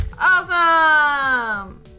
Awesome